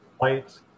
lights